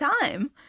time